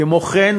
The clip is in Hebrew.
כמו כן,